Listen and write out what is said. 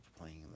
playing